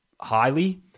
highly